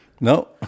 No